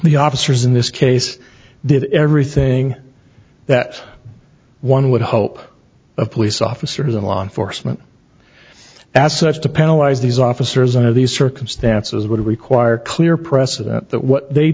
the officers in this case did everything that one would hope of police officers and law enforcement as such to penalize these officers under these circumstances would require clear precedent that what they